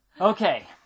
Okay